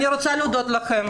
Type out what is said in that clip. אני רוצה להודות לכם